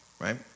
right